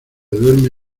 duerme